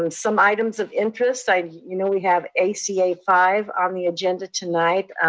um some items of interest, i mean you know we have a c a five on the agenda tonight.